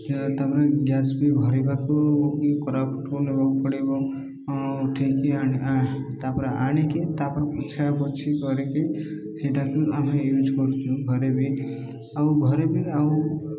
ତାପରେ ଗ୍ୟାସ ବି ଭରିବାକୁ କି କୋରାପୁଟ ନେବାକୁ ପଡ଼ିବ ଉଠେଇିକି ତାପରେ ଆଣିକି ତାପରେ ପୋଛା ପୋଛି କରିକି ସେଇଟାକୁ ଆମେ ୟୁଜ୍ କରୁଛୁ ଘରେ ବି ଆଉ ଘରେ ବି ଆଉ